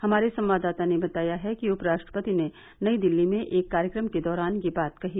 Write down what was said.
हमारे संवाददाता ने बताया है कि उपराष्ट्रपति ने नई दिल्ली में एक कार्यक्रम के दौरान यह बात कही